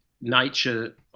nature